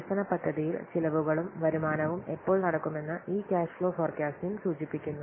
വികസന പദ്ധതിയിൽ ചെലവുകളും വരുമാനവും എപ്പോൾ നടക്കുമെന്ന് ഈ ക്യാഷ്ഫ്ലോ ഫോര്കാസ്റിംഗ് സൂചിപ്പിക്കുന്നു